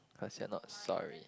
cause you're not sorry